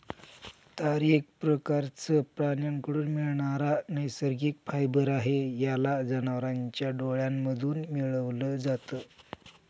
तार एक प्रकारचं प्राण्यांकडून मिळणारा नैसर्गिक फायबर आहे, याला जनावरांच्या डोळ्यांमधून मिळवल जात